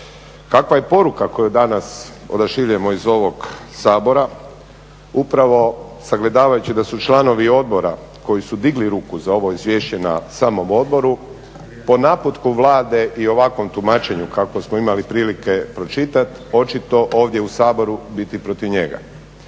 Kakva je poruka koju danas odašiljemo iz ovog Sabora, upravo sagledavajući da su članovi odbora koji su digli ruku za ovo izvješće na samom odboru, po naputku Vlade i ovakvom tumačenju kakvo ste imali prilike pročitati, očito ovdje u Saboru biti protiv njega.